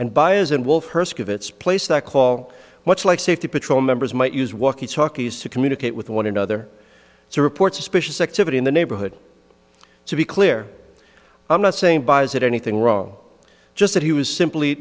herskovitz place that call what's like safety patrol members might use walkie talkies to communicate with one another to report suspicious activity in the neighborhood to be clear i'm not saying that anything wrong just that he was simply